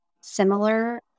similar